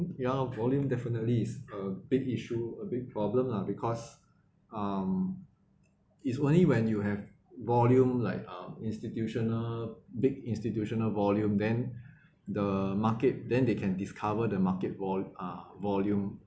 ya lor volume definitely is a big issue a big problem lah because um it's only when you have volume like uh institutional big institutional volume then the market then they can discover the market vol~ uh volume